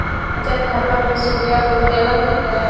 बचत खाताबा मे सुदीया को रूपया मिलते?